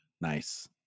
Nice